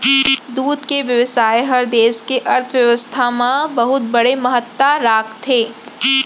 दूद के बेवसाय हर देस के अर्थबेवस्था म बहुत बड़े महत्ता राखथे